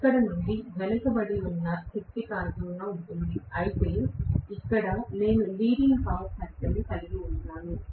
ఇక్కడ ఇది వెనుకబడి ఉన్న శక్తి కారకంగా ఉంటుంది అయితే ఇక్కడ నేను లీడింగ్పవర్ ఫ్యాక్టర్ కలిగి ఉంటాను